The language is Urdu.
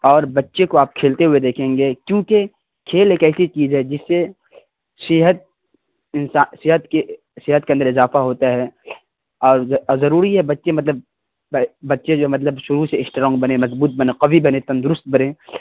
اور بچے کو آپ کھیلتے ہوئے دیکھیں گے کیونکہ کھیل ایک ایسی چیز ہے جس سے صحت انسا صحت کے صحت کے اندر اضافہ ہوتا ہے اور ضروری ہے بچے مطلب بچے جو ہے مطلب شروع سے اسٹرانگ بنیں مضبوط بنیں قوی بنیں تندرست بنیں